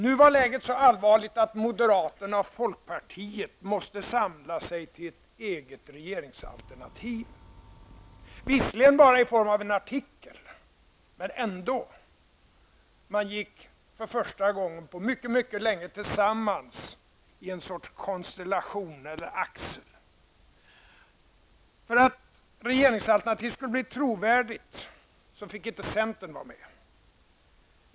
Nu var läget så allvarligt att moderaterna och folkpartisterna måste samla sig till ett eget regeringsalternativ -- visserligen bara i form av en artikel, men ändå. Man gick för första gången på mycket mycket länge tillsammans i en sorts konstellation eller axel. För att regeringsalternativet skulle bli trovärdigt fick inte centern vara med.